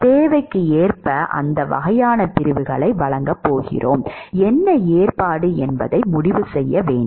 தேவைக்கு ஏற்ப எந்த வகையான பிரிவுகளை வழங்கப் போகிறோம் என்ன ஏற்பாடு என்பதை முடிவு செய்ய வேண்டும்